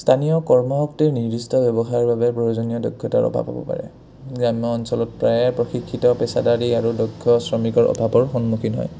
স্থানীয় কৰ্মশক্তিৰ নিৰ্দিষ্ট ব্যৱসায়ৰ বাবে প্ৰয়োজনীয় দক্ষতাৰ অভাৱ পাব পাৰে গ্ৰাম্য অঞ্চলত প্ৰায়ে প্ৰশিক্ষিত পেচাদাৰী আৰু দক্ষ শ্ৰমিকৰ অভাৱৰ সন্মুখীন হয়